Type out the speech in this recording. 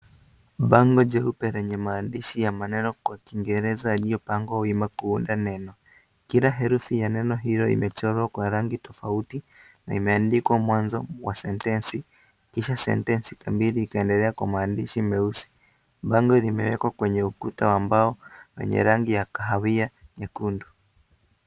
Bango jeupe lenye maandishi ya maneno kwa kiingereza yaliyopangwa wima kuunda neno, kila herufi ya neno hilo imechorwa kwa rangi tofauti na imeandikwa mwanzo wa sentensi kisha sentensi kamili ikiendelea kwa maandishi meusi, bango limeekwa kwenye ukuta wa mbao wenye rangi ya kahawia nyekundu.